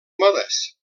modes